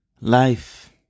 Life